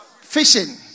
fishing